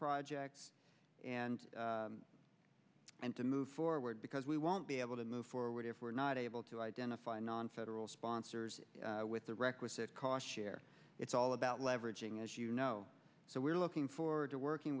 projects and and to move forward because we won't be able to move forward if we're not able to identify nonfederal sponsors with the requisite cost share it's all about leveraging as you know so we're looking forward to working